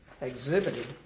exhibited